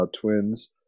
twins